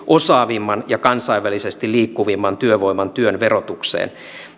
osaavimman ja kansainvälisesti liikkuvimman työvoiman työn verotukseen